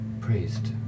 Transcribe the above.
praised